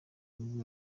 nibwo